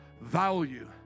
value